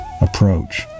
approach